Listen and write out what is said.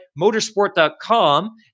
motorsport.com